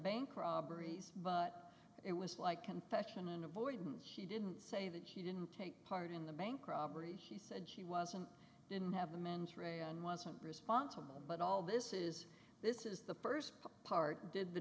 bank robberies but it was like confession avoidance he didn't say that he didn't take part in the bank robbery he said he wasn't in have the mens rea and wasn't responsible but all this is this is the first part did the